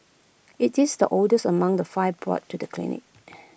IT is the oldest among the five brought to the clinic